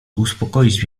uspokoić